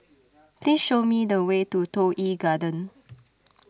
please show me the way to Toh Yi Garden